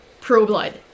pro-blood